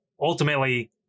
ultimately